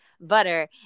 butter